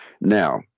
Now